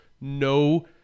no